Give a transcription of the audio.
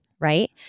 right